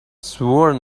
sworn